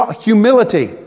humility